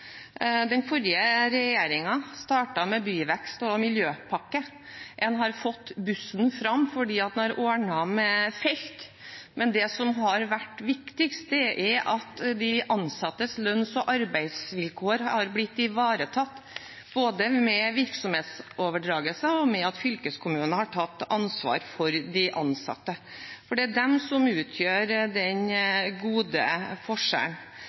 Den forrige regjeringen startet med byvekst- og miljøpakke. En har fått bussen fram fordi en har ordnet med felt. Men det som har vært viktigst, er at de ansattes lønns- og arbeidsvilkår er blitt ivaretatt, både ved virksomhetsoverdragelser og ved at fylkeskommunen har tatt ansvar for de ansatte, for det er de som utgjør den gode forskjellen.